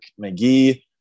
McGee